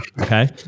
Okay